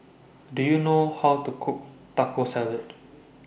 Do YOU know How to Cook Taco Salad